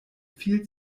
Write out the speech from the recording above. viel